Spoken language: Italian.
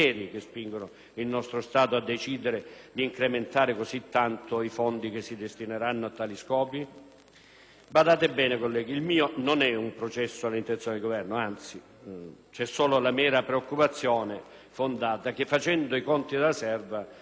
il mio non è un processo alle intenzioni del Governo, anzi; c'è solo la mera preoccupazione, fondata, che facendo i "conti della serva" non ci staremo e quindi, per garantire l'incolumità dei nostri ragazzi, dovremo necessariamente allungare la coperta.